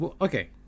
Okay